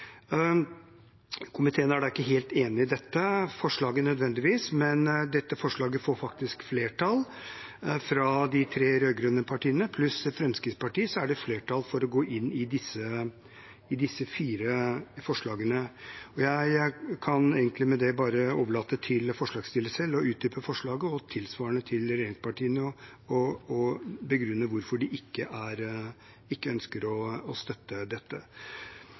Komiteen er ikke nødvendigvis helt enig i dette forslaget, men med de tre rød-grønne partiene pluss Fremskrittspartiet er det faktisk flertall for å gå inn i disse fire forslagene. Jeg kan egentlig med det bare overlate til forslagsstillerne selv å utdype forslaget og tilsvarende til regjeringspartiene å begrunne hvorfor de ikke ønsker å støtte dette.